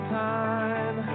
time